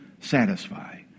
satisfy